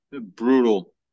brutal